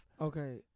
Okay